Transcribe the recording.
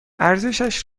ارزشش